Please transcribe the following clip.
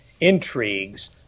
intrigues